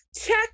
Check